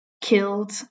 killed